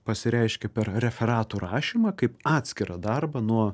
pasireiškia per referatų rašymą kaip atskirą darbą nuo